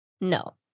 No